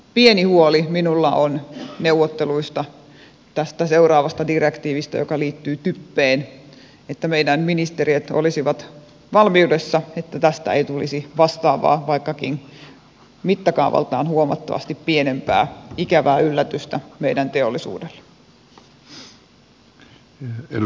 pieni huoli minulla on neuvotteluista tästä seuraavasta direktiivistä joka liittyy typpeen että meidän ministeriöt olisivat valmiudessa että tästä ei tulisi vastaavaa vaikkakin mittakaavaltaan huomattavasti pienempää ikävää yllätystä meidän teollisuudelle